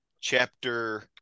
chapter